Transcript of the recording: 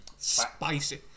Spicy